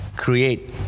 create